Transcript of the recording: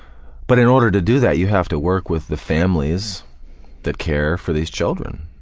but in order to do that, you have to work with the families that care for these children,